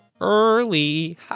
early